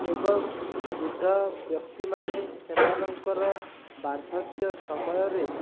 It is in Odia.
ଏବଂ ବୃଦ୍ଧ ବ୍ୟକ୍ତିମାନେ ସେମାନଙ୍କର ବାର୍ଦ୍ଧକ୍ୟ ସମୟରେ